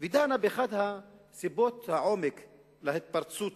ודנה באחת מסיבות העומק להתפרצות